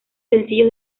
sencillo